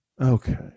okay